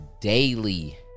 daily